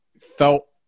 felt